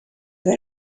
than